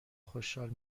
خوشحال